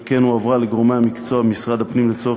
ועל כן הועברה לגורמי המקצוע במשרד הפנים לצורך